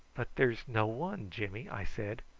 but there is no one, jimmy, i said.